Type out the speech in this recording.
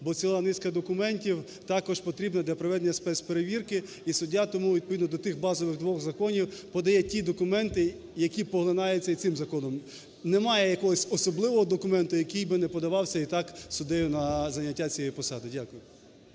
бо ціла низка документів також потрібна для проведення спецперевірки. І суддя тому відповідно до тих базових двох законів подає ті документи, які поглинаються і цим законом. Немає якогось особливого документу, який би не подавався і так суддею на зайняття цієї посади. Дякую.